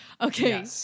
okay